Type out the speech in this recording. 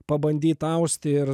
pabandyt aust ir